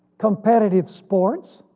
competitive sports,